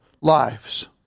lives